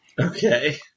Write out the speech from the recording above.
Okay